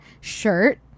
shirt